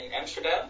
Amsterdam